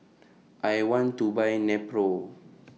I want to Buy Nepro